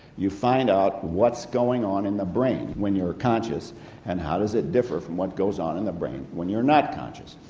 you find out what's going on in the brain when you're conscious and how does it differ from what goes on in the brain when you're not conscious.